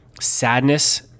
sadness